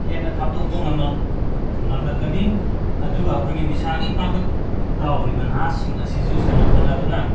ꯍꯦꯟꯅ ꯊꯥꯞꯇꯣꯛꯄ ꯉꯃꯝ ꯉꯝꯂꯛꯀꯤ ꯑꯗꯨꯒ ꯑꯩꯈꯣꯏꯒꯤ ꯅꯤꯁꯥꯒꯤ ꯏꯄꯥꯛꯇ ꯇꯥꯎꯔꯤꯕ ꯅꯍꯥꯁꯤꯡ ꯑꯁꯤꯁꯨ ꯁꯥꯟꯅ ꯈꯣꯠꯅꯕꯅ